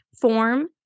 form